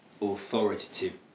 authoritative